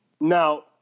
Now